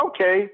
okay